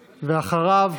ואחריו,